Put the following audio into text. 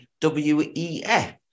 WEF